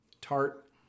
tart